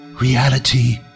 Reality